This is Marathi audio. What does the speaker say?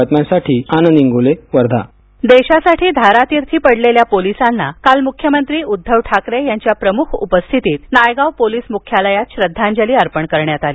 पोलीस हतात्मा दिन देशासाठी धारातीर्थी पडलेल्या पोलिसांना काल मुख्यमंत्री उद्दव ठाकरे यांच्या प्रमुख उपस्थितीत नायगाव पोलीस मुख्यालयात श्रद्धांजली अर्पण करण्यात आली